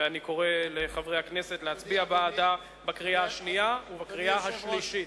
ואני קורא לכם להצביע בעדה בקריאה השנייה ובקריאה השלישית.